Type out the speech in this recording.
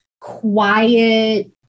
quiet